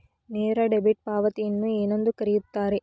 ನೇರ ಡೆಬಿಟ್ ಪಾವತಿಯನ್ನು ಏನೆಂದು ಕರೆಯುತ್ತಾರೆ?